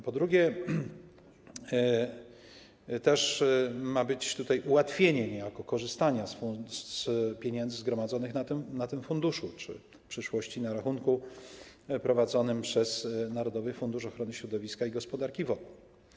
Po drugie, ma być też tutaj ułatwienie w korzystaniu z pieniędzy zgromadzonych w tym funduszu czy, w przyszłości, na rachunku prowadzonym przez Narodowy Fundusz Ochrony Środowiska i Gospodarki Wodnej.